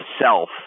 self